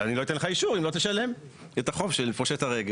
אני לא אתן לך אישור אם לא תשלם את החוב לש פושט הרגל.